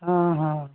हां हां